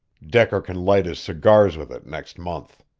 decker can light his cigars with it next month.